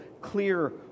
clear